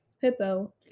hippo